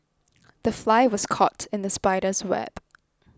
the fly was caught in the spider's web